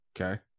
Okay